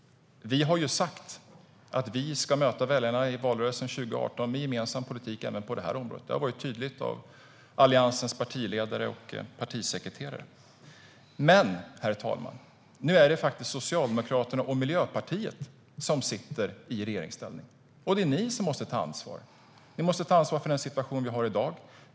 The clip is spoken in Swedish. Vi har sagt att vi ska möta väljarna i valrörelsen 2018 med gemensam politik även på det här området. Det har varit ett tydligt besked från Alliansens partiledare och partisekreterare. Men nu är det faktiskt Socialdemokraterna och Miljöpartiet som sitter i regeringsställning, och det är ni som måste ta ansvar. Ni måste ta ansvar för den situation vi har i dag.